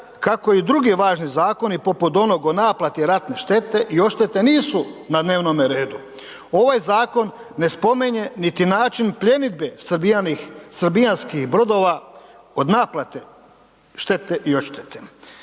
kako i drugi važni zakoni poput onog o naplati ratne štete i odštete nisu na dnevnome redu. Ovaj zakon ne spominje niti način pljenidbe srbijanskih, srbijanskih brodova od naplate štete i odštete.